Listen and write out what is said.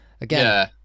again